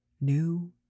new